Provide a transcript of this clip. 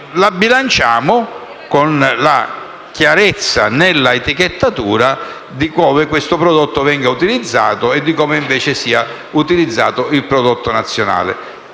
la bilanciamo con la chiarezza, nella etichettatura, su come questo prodotto venga utilizzato e su come, invece, sia utilizzato il prodotto nazionale.